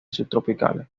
subtropicales